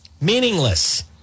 Meaningless